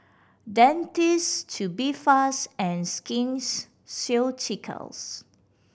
Dentiste Tubifast and Skins Ceuticals